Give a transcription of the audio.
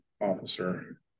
officer